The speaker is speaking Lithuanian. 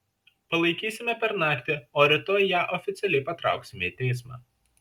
palaikysime per naktį o rytoj ją oficialiai patrauksime į teismą